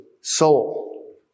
soul